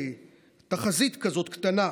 תחזית כזאת קטנה,